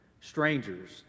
strangers